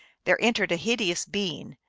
there entered a hideous being,